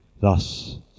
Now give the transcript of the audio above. Thus